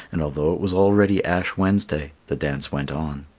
and although it was already ash wednesday the dance went on.